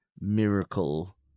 miracle